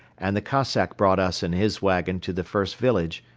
and the cossack brought us in his wagon to the first village,